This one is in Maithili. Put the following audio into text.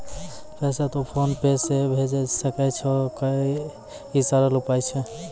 पैसा तोय फोन पे से भैजै सकै छौ? ई सरल उपाय छै?